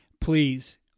Please